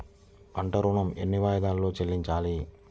పంట ఋణం ఎన్ని వాయిదాలలో చెల్లించాలి?